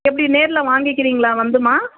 எப்படி நேரில் வாங்கிக்கிறீங்களா வந்தும்மா